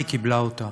היא קיבלה אותה.